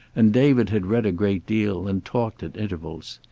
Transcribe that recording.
and david had read a great deal, and talked at intervals.